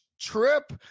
trip